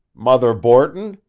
mother borton?